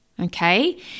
Okay